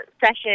session